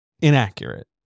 inaccurate